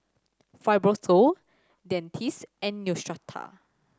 Fibrosol Dentiste and Neostrata